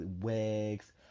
wigs